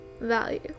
value